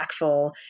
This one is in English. impactful